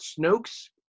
Snoke's